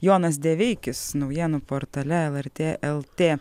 jonas deveikis naujienų portale lrtlt